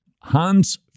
Hans